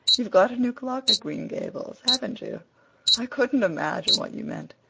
you've got a new clock at green gables, haven't you i couldn't imagine what you meant.